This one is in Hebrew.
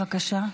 בבקשה.